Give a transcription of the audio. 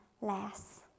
less